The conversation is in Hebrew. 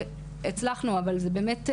אבל זה באמת,